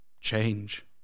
change